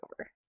over